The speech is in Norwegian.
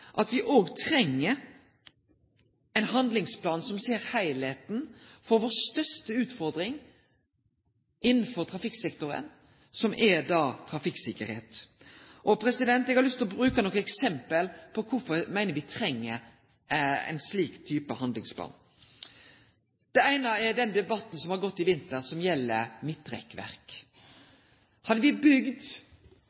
treng ein handlingsplan som ser heilskapen når det gjeld vår største utfordring innanfor trafikksektoren, som er trafikksikkerheit. Eg har lyst til å bruke nokre eksempel på kvifor eg meiner me treng ein slik type handlingsplan: Det eine er den debatten som har gått i vinter,